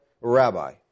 rabbi